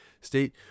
state